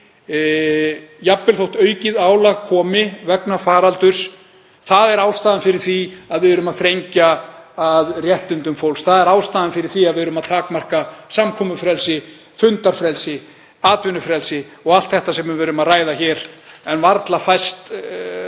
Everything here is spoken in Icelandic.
jafnvel þótt aukið álag komi vegna faraldurs er ástæðan fyrir því að við erum að þrengja að réttindum fólks. Það er ástæðan fyrir því að við erum að takmarka samkomufrelsi, fundafrelsi, atvinnufrelsi og allt þetta sem við erum að ræða hér en varla fæst